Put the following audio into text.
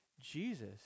Jesus